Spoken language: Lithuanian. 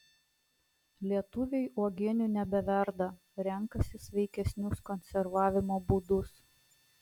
lietuviai uogienių nebeverda renkasi sveikesnius konservavimo būdus